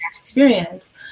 experience